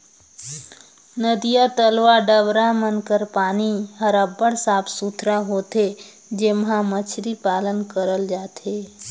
नदिया, तलवा, डबरा मन कर पानी हर अब्बड़ साफ सुथरा होथे जेम्हां मछरी पालन करल जाथे